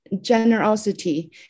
generosity